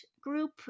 group